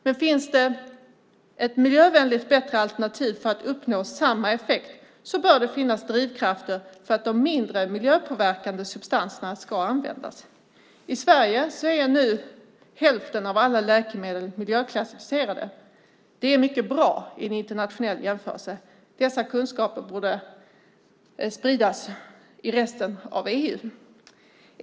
Men finns det ett miljövänligt bättre alternativ för att uppnå samma effekt bör det finnas drivkrafter för att de mindre miljöpåverkande substanserna ska användas. I Sverige är nu hälften av alla läkemedel miljöklassificerade. Det är mycket bra i en internationell jämförelse. Dessa kunskaper borde spridas i resten av EU.